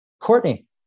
Courtney